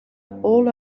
all